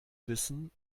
wissen